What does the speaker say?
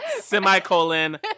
semicolon